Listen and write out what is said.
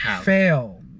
fail